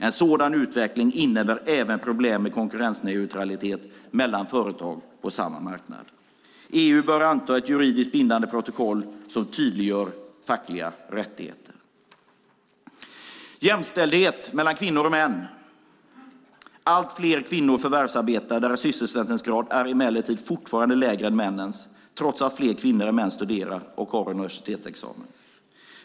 En sådan utveckling innebär även problem med konkurrensneutralitet mellan företag på samma marknad. EU bör anta ett juridiskt bindande protokoll som tydliggör fackliga rättigheter. Vi ska arbeta för jämställdhet mellan kvinnor och män. Allt fler kvinnor förvärvsarbetar. Deras sysselsättningsgrad är emellertid fortfarande lägre än männens trots att fler kvinnor än män studerar och har universitetsexamen.